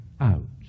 out